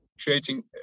creating